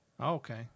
Okay